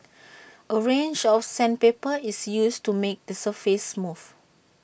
A range of sandpaper is used to make the surface smooth